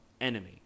enemy